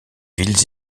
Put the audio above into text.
villes